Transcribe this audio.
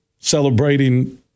Celebrating